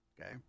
okay